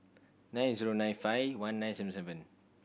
nine zero nine five one nine seven seven